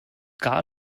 gar